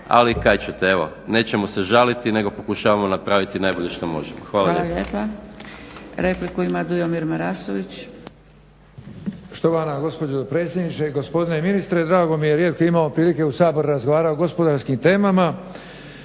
ali kaj ćete. Nećemo se žaliti nego pokušavamo napraviti najbolje što možemo. Hvala lijepa.